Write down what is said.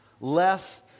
Less